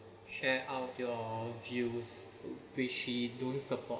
share out your views which she don't support